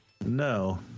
No